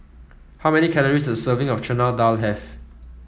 how many calories does a serving of Chana Dal have